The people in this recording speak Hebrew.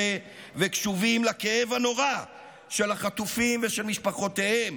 וקשובים לכאב הנורא של החטופים ושל משפחותיהם: